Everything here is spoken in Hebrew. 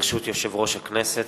ברשות יושב-ראש הכנסת,